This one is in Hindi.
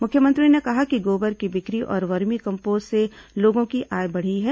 मुख्यमंत्री ने कहा कि गोबर की बिक्री और वर्मी कम्पोस्ट से लोगों की आय बढ़ी है